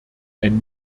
ein